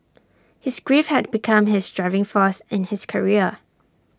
his grief had become his driving force in his career